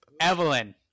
Evelyn